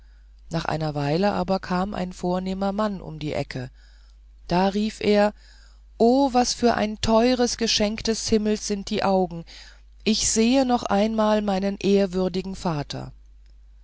nach einer weile aber kam ein vornehmer mann um die ecke da rief er o was für ein teures geschenk des himmels sind die augen ich sehe noch einmal meinen ehrwürdigen vater